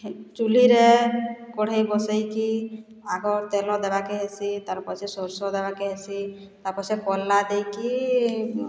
ଚୁଲ୍ଲୀରେ କଢ଼େଇ ବସେଇକି ଆଗ ତେଲ ଦେବାକେ ହେସି ତାର୍ପଛରେ ସୋର୍ଷ ଦେବାକେ ହେସି ତାର୍ ପଛେ କର୍ଲା ଦେଇକି